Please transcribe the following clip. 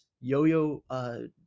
yo-yo